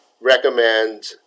recommend